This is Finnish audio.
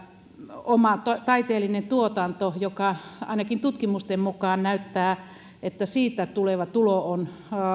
oma taiteellinen tuotanto ainakin tutkimusten mukaan näyttää siltä että siitä tuleva tulo on